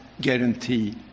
guarantee